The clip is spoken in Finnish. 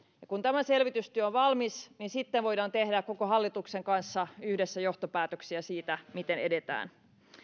kun tämä selvitystyö on valmis niin sitten voidaan tehdä koko hallituksen kanssa yhdessä johtopäätöksiä siitä miten edetään